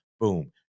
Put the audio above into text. boom